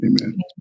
amen